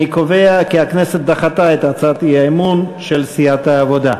אני קובע כי הכנסת דחתה את הצעת האי-אמון של סיעת העבודה.